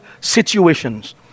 situations